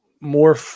more